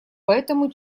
поэтому